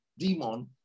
Demon